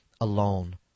alone